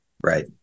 Right